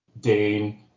Dane